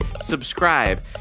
subscribe